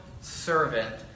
servant